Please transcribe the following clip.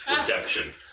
redemption